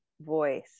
voice